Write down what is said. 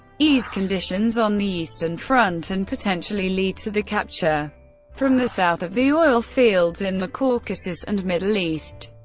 ease conditions on the eastern and front, and potentially lead to the capture from the south of the oil fields in the caucasus and middle east.